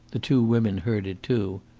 the two women heard it too,